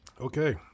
Okay